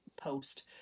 post